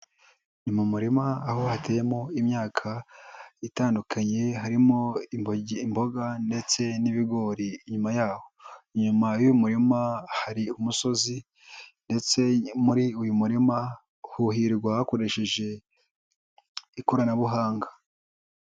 Ni mu murima aho hateyemo imyaka itandukanye, harimo imboga ndetse n'ibigori inyuma yaho. Inyuma y'umurima, hari umusozi ndetse muri uyu murima huhirwa hakoreshejwe ikoranabuhanga.